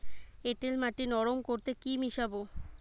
এঁটেল মাটি নরম করতে কি মিশাব?